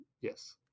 Yes